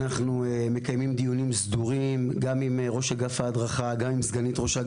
אנחנו מקיימים דיונים סדירים גם עם ראש אגף ההדרכה וגם עם סגניתו.